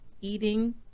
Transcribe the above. eating